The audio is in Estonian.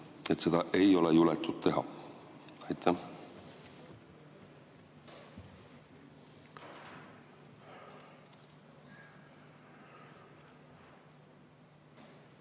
et seda ei ole julgetud teha? Aitäh,